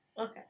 Okay